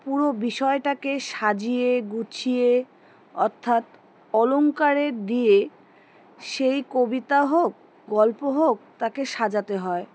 পুরো বিষয়টাকে সাজিয়ে গুছিয়ে অর্থাৎ অলঙ্কারে দিয়ে সেই কবিতা হোক গল্প হোক তাকে সাজাতে হয়